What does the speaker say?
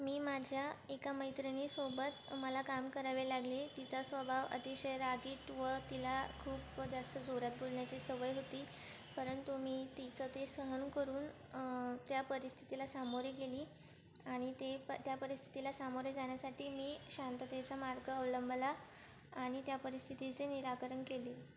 मी माझ्या एका मैत्रिणीसोबत मला काम करावे लागले तिचा स्वभाव अतिशय रागीट व तिला खूप जास्त जोरात बोलण्याची सवय होती परंतु मी तिचं ते सहन करून त्या परिस्थितीला सामोरे गेली आणि ते त्या परिस्थितीला सामोरे जाण्यासाठी मी शांततेचा मार्ग अवलंबला आणि त्या परिस्थितीचे निराकरण केले